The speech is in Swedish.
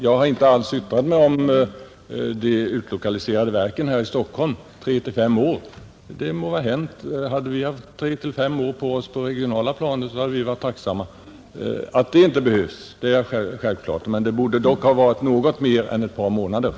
Jag har inte yttrat mig om utlokaliseringen av verken här i Stockholm. Hade vi på det regionala planet haft tre—fem år på oss, så hade vi varit tacksamma. Att så lång tid inte behövs i det fallet är självklart, men det borde ha varit mer än ett par månader.